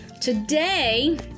Today